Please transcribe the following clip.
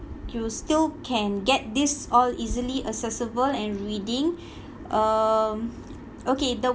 you still can get this all easily accessible and reading um okay the